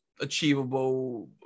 achievable